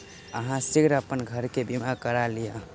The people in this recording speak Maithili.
अहाँ शीघ्र अपन घर के बीमा करा लिअ